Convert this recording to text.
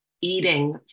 eating